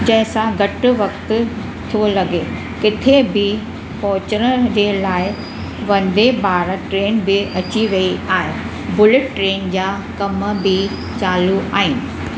जंहिंसां घटि वक़्त थो लगे किथे बि पहुचण जे लाइ वन्दे भारत ट्रेन बि अची वई आहे बुलेट ट्रेन जा कम बि चालू आहिनि